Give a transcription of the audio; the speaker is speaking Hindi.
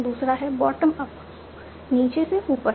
दूसरा है बॉटम अप नीचे से ऊपर